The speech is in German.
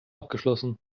abgeschlossen